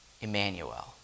Emmanuel